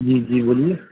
جی جی بولیے